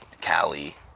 cali